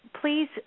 please